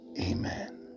Amen